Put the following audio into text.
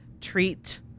treat